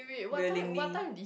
willingly